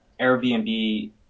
Airbnb